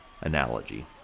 analogy